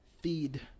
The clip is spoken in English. feed